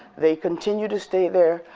they continue to stay there.